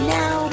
now